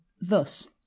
thus